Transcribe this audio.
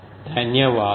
ధన్యవాదాలు